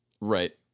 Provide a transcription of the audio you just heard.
Right